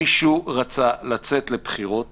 מישהו רצה לצאת לבחירות